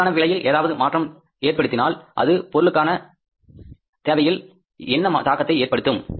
பொருளுக்கான விலையில் ஏதாவது மாற்றம் ஏற்படுத்தினால் அது பொருளுக்கான தேவையில் என்ன தாக்கத்தை ஏற்படுத்தும்